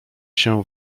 się